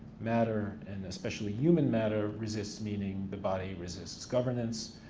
matter and especially human matter resists meaning, the body resists governance,